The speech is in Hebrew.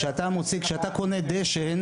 כשאתה קונה דשן,